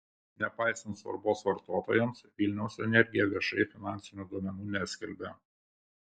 nepaisant svarbos vartotojams vilniaus energija viešai finansinių duomenų neskelbia